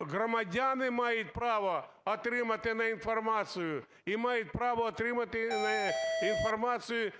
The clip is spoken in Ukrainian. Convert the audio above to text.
громадяни мають право отримати інформацію. І мають право отримати інформацію